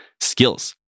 Skills